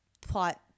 plot